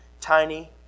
tiny